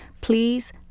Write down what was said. please